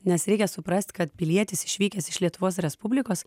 nes reikia suprast kad pilietis išvykęs iš lietuvos respublikos